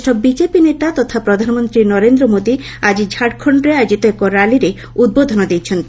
ବରିଷ୍ଠ ବିକେପି ନେତା ତଥା ପ୍ରଧାନମନ୍ତ୍ରୀ ନରେନ୍ଦ୍ର ମୋଦି ଆଜି ଝାଡ଼ଖଣରେ ଆୟୋଜିତ ଏକ ର୍ୟାଲିରେ ଉଦ୍ବୋଧନ ଦେଇଛନ୍ତି